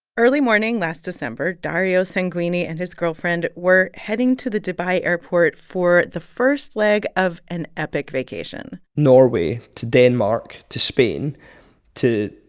early morning last december, dario sanguigni and his girlfriend were heading to the dubai airport for the first leg of an epic vacation norway to denmark to spain to,